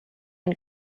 and